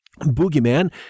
boogeyman